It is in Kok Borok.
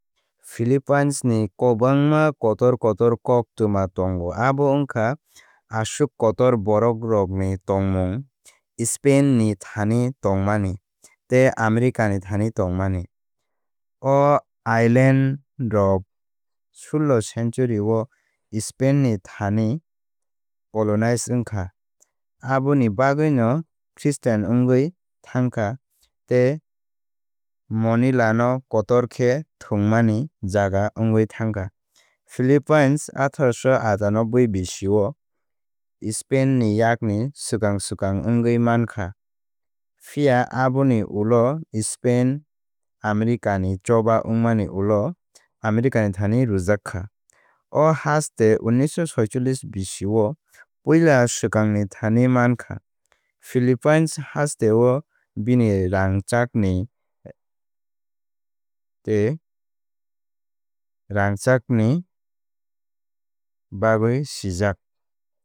Philippines ni kwbangma kotor kotor koktwma tongo. Abo wngkha aswk kotor borokrokni tongmung Spain ni thani tongmani tei America ni thani tongmani. O island rok suloh century o Spain ni thani colonize wngkha aboni bagwino khristan wngwi thangkha tei Manila no kotor khe thwngmani jaga wngwi thangkha. Philippines atharosho atano nobbui bisio Spain ni yakni swkang swkang wngwi mankha. Phiya aboni ulo Spain Americaa ni choba wngmani ulo America ni thani rwjak kha. O haste unnisho sicholish bisio puila swkangni thani mankha. Philippines hasteo bini rangchakni tei rangchakni bagwi sijak.